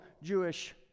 Jewish